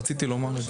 רציתי לומר את זה.